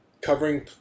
covering